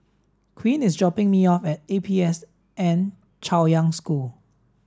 Quint is dropping me off at A P S N Chaoyang School